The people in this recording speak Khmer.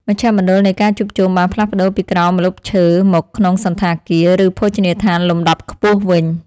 មជ្ឈមណ្ឌលនៃការជួបជុំបានផ្លាស់ប្តូរពីក្រោមម្លប់ឈើមកក្នុងសណ្ឋាគារ ឬភោជនីយដ្ឋានលំដាប់ខ្ពស់វិញ។